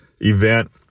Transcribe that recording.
event